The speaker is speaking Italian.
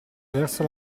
verso